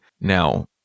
Now